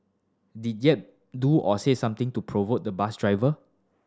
did Yap do or say something to provoke the bus driver